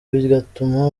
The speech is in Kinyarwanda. bigatuma